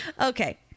Okay